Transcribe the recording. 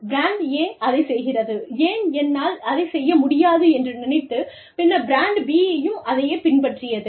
brand A அதைச் செய்கிறது ஏன் என்னால் அதைச் செய்ய முடியாது என்று நினைத்து பின்னர் பிராண்ட் பி யும் அதையேப் பின்பற்றியது